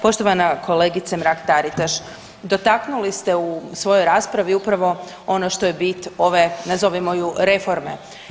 Poštovana kolegice Mrak-Taritaš, dotaknuli ste u svojoj raspravi upravo ono što je bit ove nazovimo ju reforme.